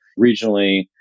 regionally